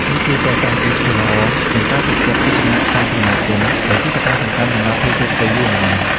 នេះជួយកសាង កេរ្តិ៍ឈ្មោះល្អ និង ការទុកចិត្ត ពីសំណាក់សាធារណជន ដែលជាកត្តាសំខាន់សម្រាប់ភាពជោគជ័យយូរអង្វែង។